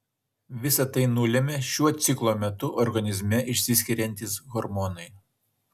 visa tai nulemia šiuo ciklo metu organizme išsiskiriantys hormonai